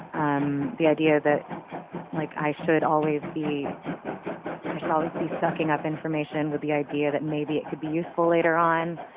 um the idea that like i should always be i should always be sucking up information with the idea that maybe it could be useful later on.